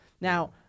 Now